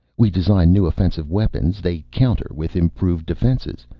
we design new offensive weapons, they counter with improved defenses.